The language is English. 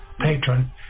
patron